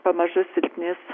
pamažu silpnės